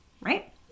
right